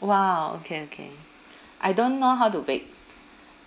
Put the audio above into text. !wow! okay okay I don't know how to bake